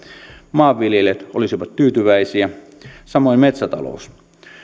maanviljelijät olisivat tyytyväisiä samoin metsätalous